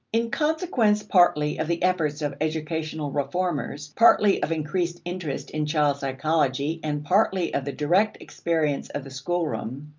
in consequence partly of the efforts of educational reformers, partly of increased interest in child-psychology, and partly of the direct experience of the schoolroom,